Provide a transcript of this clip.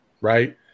right